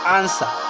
answer